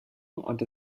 und